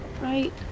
right